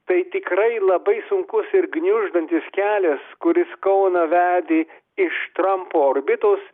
tai tikrai labai sunkus ir gniuždantis kelias kuris koeną vedė iš trampo orbitos